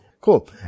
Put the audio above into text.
Cool